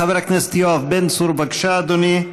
חבר הכנסת יואב בן צור, בבקשה, אדוני.